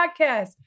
podcast